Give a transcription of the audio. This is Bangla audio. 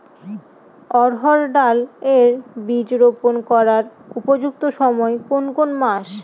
অড়হড় ডাল এর বীজ রোপন করার উপযুক্ত সময় কোন কোন মাস?